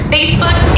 Facebook